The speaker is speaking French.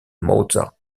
mozart